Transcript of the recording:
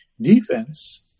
Defense